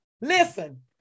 listen